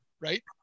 right